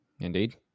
Indeed